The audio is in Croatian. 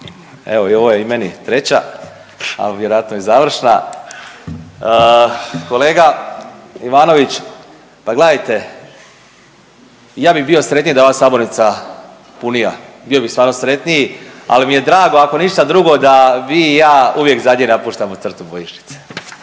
Evo i ovo je i meni treća, al vjerojatno i završna. Kolega Ivanović, pa gledajte i ja bih bio sretniji da je ova sabornica punija, bio bi stvarno sretniji, ali mi je drago ako ništa drugo da vi i ja uvijek zadnji napuštamo crtu bojišnice.